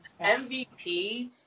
MVP